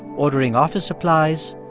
ordering office supplies,